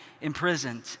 imprisoned